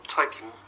taking